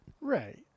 right